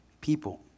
people